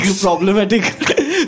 problematic